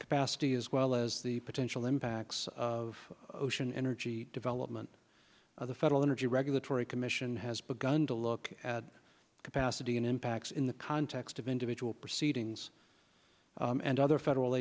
capacity as well as the potential impacts of ocean energy development the federal energy regulatory commission has begun to look at capacity and impacts in the context of individual proceedings and other federal